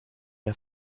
der